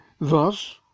thus